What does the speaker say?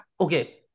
Okay